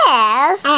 Yes